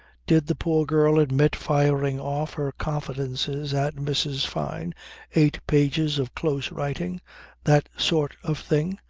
did the poor girl admit firing off her confidences at mrs. fyne eight pages of close writing that sort of thing?